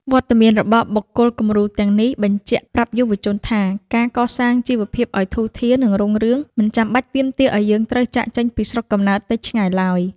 វត្តមានរបស់បុគ្គលគំរូទាំងនេះ បញ្ជាក់ប្រាប់យុវជនថា ការកសាងជីវភាពឱ្យធូរធារ និងរុងរឿង មិនចាំបាច់ទាមទារឱ្យយើងត្រូវចាកចេញពីស្រុកកំណើតទៅឆ្ងាយឡើយ។